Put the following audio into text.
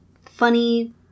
funny